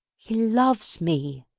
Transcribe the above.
he loves me!